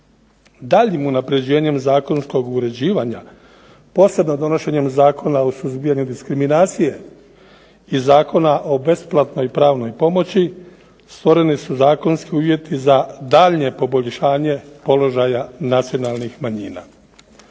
Daljnjim unapređenjem zakonskog uređivanja posebno donošenjem Zakona o suzbijanju diskriminacije i Zakona o besplatnoj pravnoj pomoći, stvoreni su zakonski uvjeti za daljnje poboljšanje položaja nacionalnih manjina.